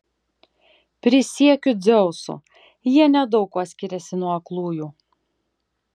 prisiekiu dzeusu jie nedaug kuo skiriasi nuo aklųjų